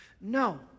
No